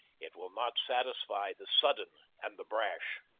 it will not satisfy the sudden and the brash.